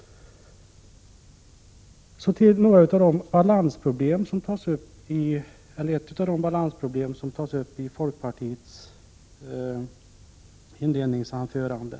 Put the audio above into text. Så till ett av de balansproblem som togs upp i folkpartiets inledningsanförande.